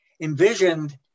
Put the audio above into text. envisioned